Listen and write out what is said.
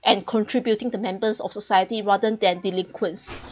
and contributing to members of society rather than delinquents